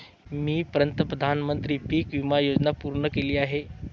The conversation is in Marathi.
मी प्रधानमंत्री पीक विमा योजना पूर्ण केली आहे